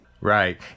Right